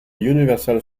universal